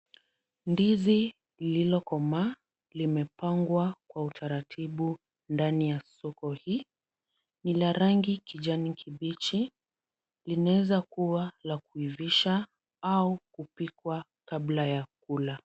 Ndizi lililokomaa limepangwa kwa utaratibu ndani ya soko hii. Ni la rangi kijani kibichi. Linaweza kuwa la kuivisha au kupikwa kabla ya kula.